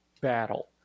battle